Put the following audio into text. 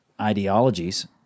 ideologies